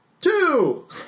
Two